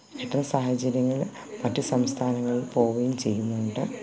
കിട്ടുന്ന സാഹചര്യങ്ങൾ മറ്റു സംസ്ഥാനങ്ങളിൽ പോകുകയും ചെയ്യുന്നുണ്ട്